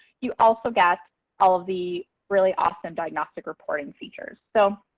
you also get all the really awesome diagnostic reporting features. so,